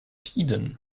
tiden